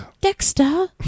Dexter